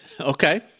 Okay